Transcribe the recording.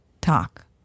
talk